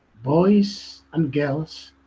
boys and girls